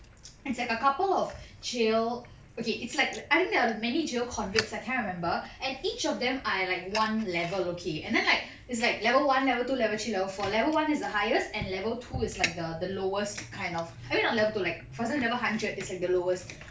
it's like a couple of jail okay it's like I think there are many jail convicts I can't remember and each of them are like one level okay and then like it's like level one level two level three level four level one is the highest and level two is like the the lowest kind of I mean not level two like for examaple level hundred is at the lowest